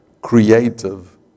creative